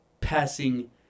passing